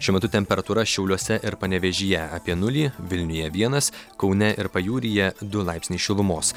šiuo metu temperatūra šiauliuose ir panevėžyje apie nulį vilniuje vienas kaune ir pajūryje du laipsniai šilumos